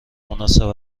مناسب